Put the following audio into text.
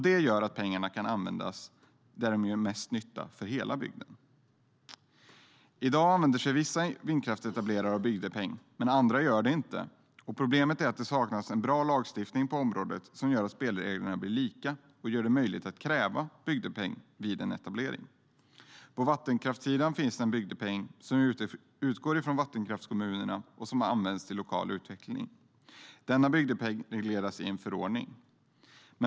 Det gör att pengarna kan användas där de gör mest nytta för hela bygden. På vattenkraftssidan finns en bygdepeng som utgår till vattenkraftskommunerna och som används till lokal utveckling. Denna bygdepeng regleras i en förordning.